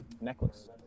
necklace